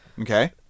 Okay